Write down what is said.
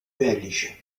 belges